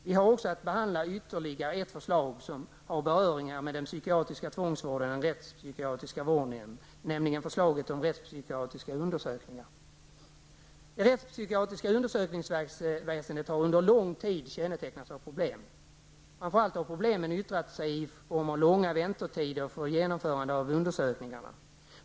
Vi har också att behandla ytterligare ett förslag som har beröring med den psykiatriska tvångsvården och den rättspsykiatriska vården, nämligen förslaget om rättspsykiatriska undersökningar. Det rättspsykiatriska undersökningsväsendet har under lång tid kännetecknats av problem. Framför allt har problemen gällt långa väntetider för genomförande av undersökningarna.